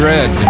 Red